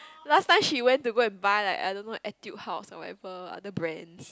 last time she went to go like buy like I don't know Etude house or whatever other brands